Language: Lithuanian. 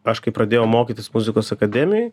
aš kai pradėjau mokytis muzikos akademijoj